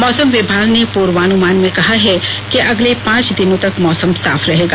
मौसम विभाग ने पूर्वानुमान कर कहा है कि अगले पांच दिनों तक मौसम साफ रहेगा